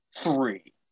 three